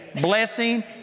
blessing